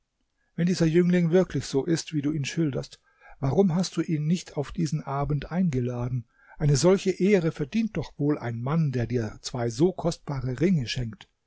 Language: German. wenn dieser jüngling wirklich so ist wie du ihn schilderst warum hast du ihn nicht auf diesen abend eingeladen eine solche ehre verdient doch wohl ein mann der dir zwei so kostbare ringe schenkt